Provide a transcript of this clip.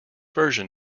version